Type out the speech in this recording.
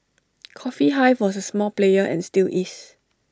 coffee hive was A small player and still is